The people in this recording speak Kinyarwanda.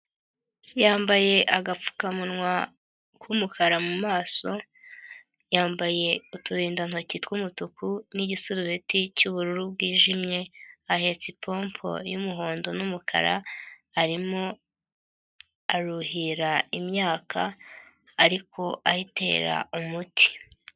Yambaye agapfukamunwa k'umukara mu maso, yambaye uturindantoki twumutuku ni'igisureti cy'ubururu bwijimye, ahetse ipompo y'umuhondo n'umukara, arimo aruhira imyaka, ariko ayitera umuti.